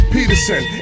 Peterson